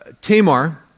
Tamar